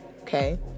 okay